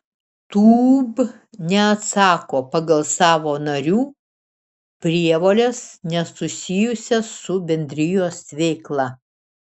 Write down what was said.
tūb neatsako pagal savo narių prievoles nesusijusias su bendrijos veikla